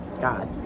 God